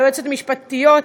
ליועצות המשפטיות,